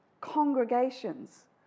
congregations